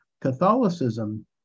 Catholicism